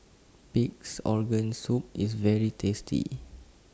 Pig'S Organ Soup IS very tasty